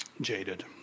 jaded